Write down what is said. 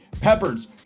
peppers